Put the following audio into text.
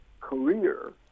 career